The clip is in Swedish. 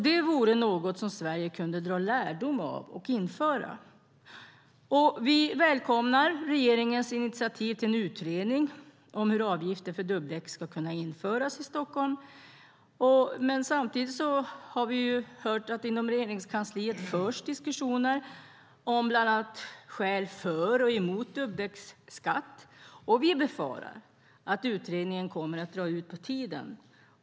Det är något som Sverige kan dra lärdom av och införa. Vi välkomnar regeringens initiativ till en utredning om hur avgifter för dubbdäck ska kunna införas i Stockholm. Inom Regeringskansliet förs det dock diskussioner om skäl både för och emot dubbdäcksskatt, så vi befarar att utredningen kommer att dra ut på tiden.